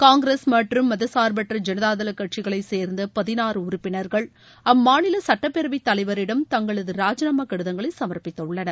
காங்கிரஸ் மற்றும் மதச்சார்பற்ற ஐனதாதள் கட்சிகளைச்சேர்ந்த பதினாறு உறுப்பினர்கள் அம்மாநில சட்டப்பேரவைத்தலைவரிடம் தங்களது ராஜினாமா கடிதங்களை சமர்ப்பித்துள்ளனர்